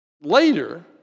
later